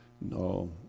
No